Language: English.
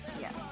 Yes